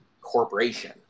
corporation